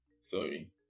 Sorry